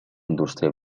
indústria